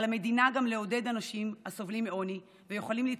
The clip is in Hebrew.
על המדינה גם לעודד אנשים הסובלים מעוני ויכולים להתפרנס,